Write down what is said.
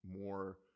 more